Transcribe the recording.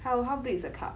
how how big is a cup